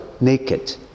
naked